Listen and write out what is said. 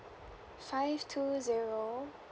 five two zero